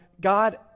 God